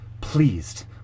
pleased